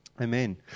Amen